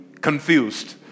confused